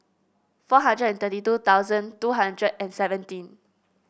four hundred and thirty two thousand two hundred and seventeen